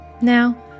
Now